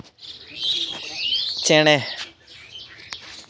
ᱪᱮᱬᱮ